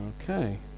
Okay